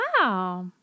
Wow